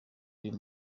uyu